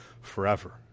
forever